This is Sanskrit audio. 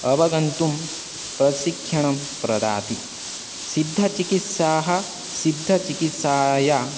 अवगन्तुं प्रशिक्षणं प्रदाति सिद्धचिकित्साः सिद्धचिकित्सायै